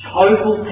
total